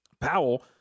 Powell